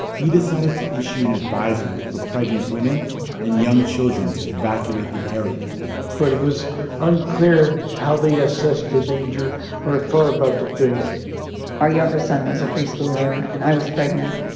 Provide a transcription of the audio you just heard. he decided to issue an advisory for pregnant women and young children to evacuate the area but it was unclear how they assessed the danger or thought about the danger our younger son was a preschooler and i was pregnant.